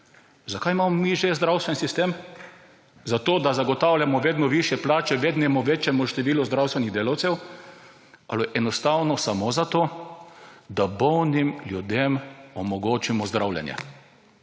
Zakaj imamo mi že zdravstveni sistem? Zato, da zagotavljamo vedno višje plače vedno večjemu številu zdravstvenih delavcev ali enostavno samo zato, da bolnim ljudem omogočimo zdravljenje?